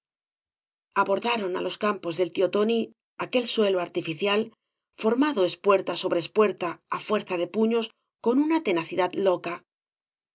abordaron á lea campos del tío tóoi aquel suelo artificial formado espuerta sobre espuerta á fuerza de puños con una tenacidad loca